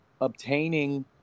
obtaining